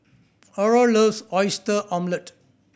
Ara loves Oyster Omelette